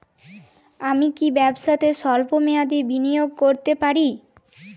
আমি কি ব্যবসাতে স্বল্প মেয়াদি বিনিয়োগ করতে পারি?